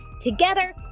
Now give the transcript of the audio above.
Together